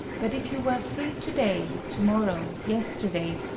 but if you were free to-day, to-morrow, yesterday,